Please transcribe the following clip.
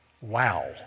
Wow